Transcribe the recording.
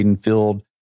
Field